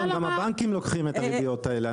גם הבנקים לוקחים את הריביות האלה.